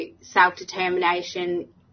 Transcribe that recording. self-determination